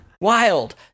Wild